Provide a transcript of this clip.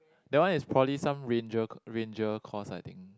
that one is probably some ranger c~ ranger course I think